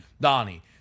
Donnie